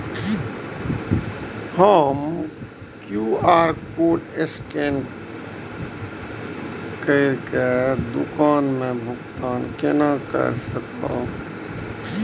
हम QR code scan करके दुकान में भुगतान केना कर सकब?